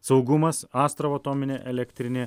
saugumas astravo atominė elektrinė